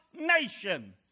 nation